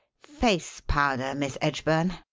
face powder, miss edgburn,